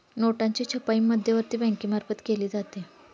नोटांची छपाई मध्यवर्ती बँकेमार्फत केली जाते